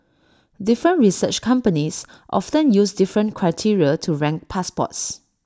different research companies often use different criteria to rank passports